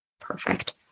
perfect